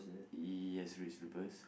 yes red slippers